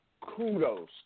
Kudos